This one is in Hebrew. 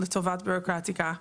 לטובת בירוקרטיה.